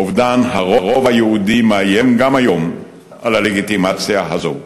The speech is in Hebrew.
אובדן הרוב היהודי מאיים גם היום על הלגיטימציה הזאת.